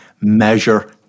measure